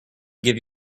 give